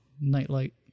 nightlight